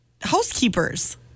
housekeepers